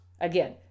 Again